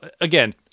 again